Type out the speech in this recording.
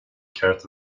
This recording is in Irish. ceart